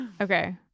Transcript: Okay